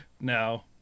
No